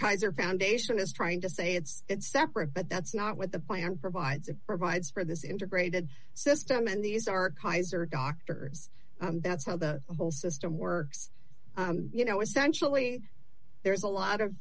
or foundation is trying to say it's separate but that's not what the plan provides it provides for this integrated system and these are kaiser doctors that's how the whole system works you know essentially there's a lot of